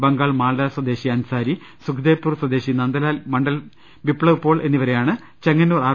ബംഗാൾ മാൾഡ സ്വദേശി അൻസാരി സുഖ്ദേബ്പൂർ സ്വദേശി നന്ദലാൽ മണ്ഡൽ ബിപ്ലവ്പോൾ എന്നിവരെയാണ് ചെങ്ങന്നൂർ ആർ